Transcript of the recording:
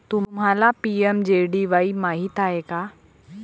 तुम्हाला पी.एम.जे.डी.वाई माहित आहे का?